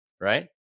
right